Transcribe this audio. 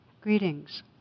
Greetings